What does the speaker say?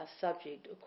subject